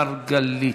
חבר הכנסת אראל מרגלית.